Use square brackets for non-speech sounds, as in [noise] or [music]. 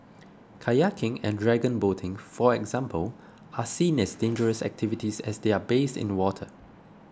kayaking and dragon boating for example are seen as [noise] dangerous activities as they are based in water